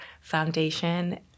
foundation